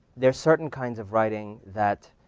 there's certain kinds of writing that